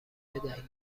بدهید